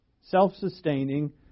self-sustaining